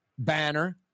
Banner